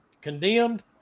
Condemned